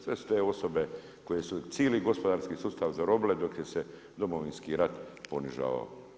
Sve su te osobe koje su cili gospodarski sustav zarobile dok se Domovinski rat ponižavao.